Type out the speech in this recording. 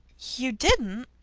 you didn't!